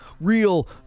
real